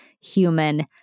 human